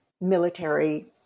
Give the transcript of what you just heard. military